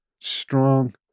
strong